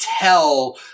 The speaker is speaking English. tell